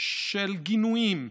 של גינויים,